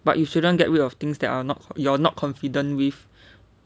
but you shouldn't get way of things that are not you're not confident with